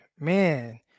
Man